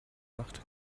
macht